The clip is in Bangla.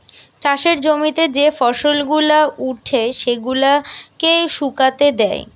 চাষের জমিতে যে ফসল গুলা উঠে সেগুলাকে শুকাতে দেয়